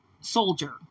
soldier